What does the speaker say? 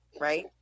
right